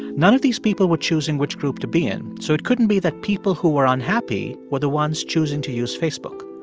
none of these people were choosing which group to be in so it couldn't be that people who are unhappy were the ones choosing to use facebook.